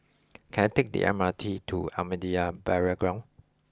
can I take the M R T to Ahmadiyya Burial Ground